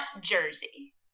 Jersey